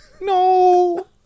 No